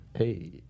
Hey